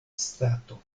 stato